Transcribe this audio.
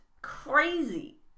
crazy